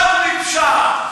עזמי בשארה,